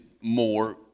more